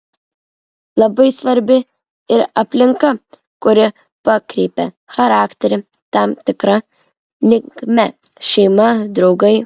labai svarbi ir aplinka kuri pakreipia charakterį tam tikra linkme šeima draugai